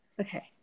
Okay